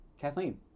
Kathleen